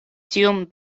tiom